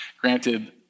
Granted